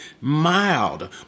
mild